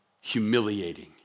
Humiliating